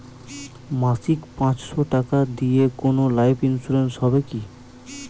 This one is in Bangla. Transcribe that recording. মাসিক পাঁচশো টাকা দিয়ে কোনো লাইফ ইন্সুরেন্স হবে কি?